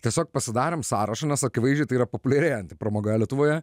tiesiog pasidarėm sąrašą nes akivaizdžiai tai yra populiarėjanti pramoga lietuvoje